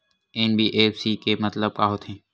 NBFC के मतलब का होथे?